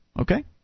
okay